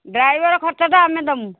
driver ଖର୍ଚ୍ଚଟା ଆମେ ଦେବୁ